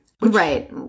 Right